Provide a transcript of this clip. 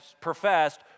professed